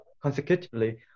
consecutively